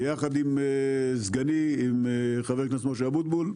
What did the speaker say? ביחד עם סגני חבר הכנסת משה אבוטבול,